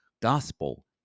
gospel